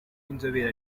b’inzobere